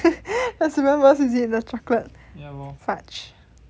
that's even worse is it the chocolate fudge